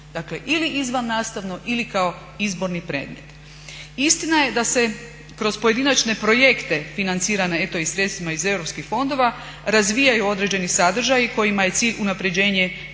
dakle ili izvannastavno ili kao izborni predmet. Istina je da se kroz pojedinačne projekte financirane eto i sredstvima iz europskih fondova razvijaju određeni sadržaji kojima je cilj unapređenje